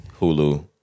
Hulu